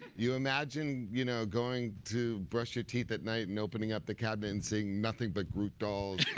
you imagine you know going to brush your teeth at night, and opening up the cabinet, and seeing nothing but groot dolls.